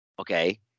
okay